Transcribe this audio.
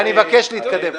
אני מבקש להתקדם.